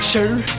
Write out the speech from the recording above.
Sure